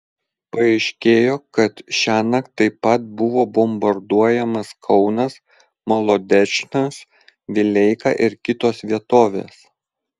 paaiškėjo kad šiąnakt taip pat buvo bombarduojamas kaunas molodečnas vileika ir kitos vietovės